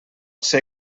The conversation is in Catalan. ser